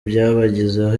byabagizeho